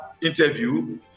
interview